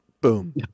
boom